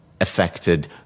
affected